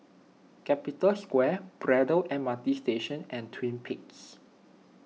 Capital Square Braddell M R T Station and Twin Peaks